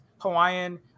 Hawaiian